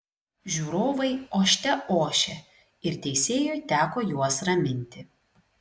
žiūrovai ošte ošė ir teisėjui teko juos raminti